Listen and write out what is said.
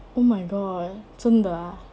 oh my god 真的 ah